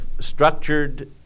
structured